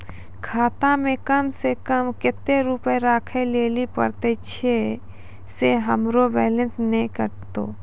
खाता मे कम सें कम कत्ते रुपैया राखै लेली परतै, छै सें हमरो बैलेंस नैन कतो?